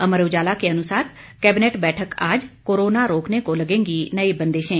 अमर उजाला के अनुसार कैबिनेट बैठक आज कोरोना रोकने को लगेंगी नई बंदिशें